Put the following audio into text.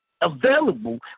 available